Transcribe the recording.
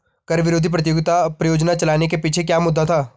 कर विरोधी प्रतियोगिता परियोजना चलाने के पीछे क्या मुद्दा था?